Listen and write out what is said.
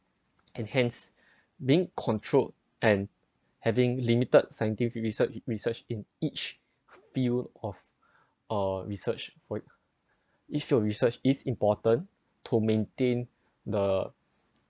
and hence being controlled and having limited scientific research research in each field of or research for it if your research is important to maintain the